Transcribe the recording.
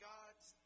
God's